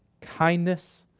kindness